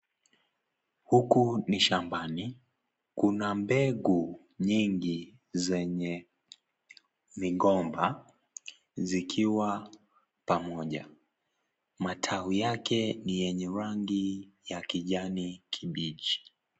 Huku ni shambani. Kuna mbegu nyingi zenye migomba, zikiwa pamoja. Matawi yake, ni yenye rangi ya kijani kibichi.